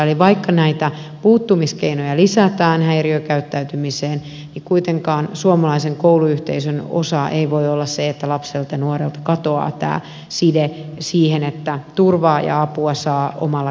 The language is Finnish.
eli vaikka näitä puuttumiskeinoja lisätään häiriökäyttäytymiseen niin kuitenkaan suomalaisen kouluyhteisön osa ei voi olla se että lapselta ja nuorelta katoaa tämä side siihen että turvaa ja apua saa omalla kännykällä pyytää